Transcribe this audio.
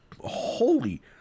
holy